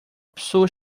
pessoa